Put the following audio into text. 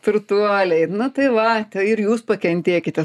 turtuoliai na tai va ir jūs pakentėkite